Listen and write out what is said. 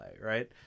right